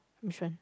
which one